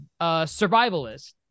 survivalist